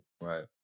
Right